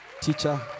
teacher